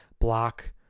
block